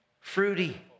fruity